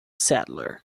sadler